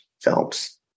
films